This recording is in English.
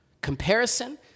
Comparison